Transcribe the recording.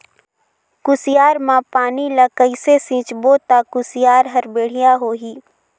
कुसियार मा पानी ला कइसे सिंचबो ता कुसियार हर बेडिया होही?